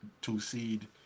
two-seed